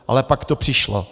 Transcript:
Ale pak to přišlo.